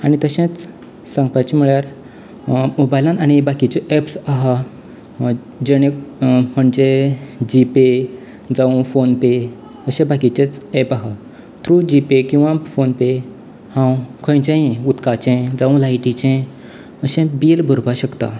आनी तशेंत सांगपाचे म्हळ्यार मोबायलान आनी बाकीचें ऍप्स आसात जेणे खंयचे जीपे जावं फोनपे अशें बाकीचें ऍप आसा थ्रू जीपे किंवा फोनपे हांव खंयचेय उदकाचें जावं लायटीचें अशें बील भरपाक शकता